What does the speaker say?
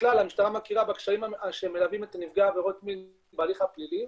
בכלל המשטרה מכירה בקשיים שמלווים נפגעי עבירות מין בהליך הפלילי